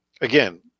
again